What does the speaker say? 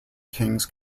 kings